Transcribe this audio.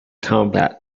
combat